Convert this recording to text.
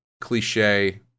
cliche